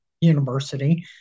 University